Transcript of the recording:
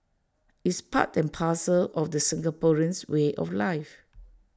it's part and parcel of the Singaporeans way of life